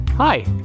Hi